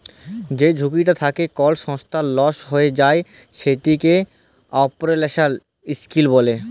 যে ঝুঁকিটা থ্যাকে কল সংস্থার লস হঁয়ে যায় সেটকে অপারেশলাল রিস্ক ব্যলে